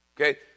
okay